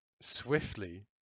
swiftly